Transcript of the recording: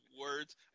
words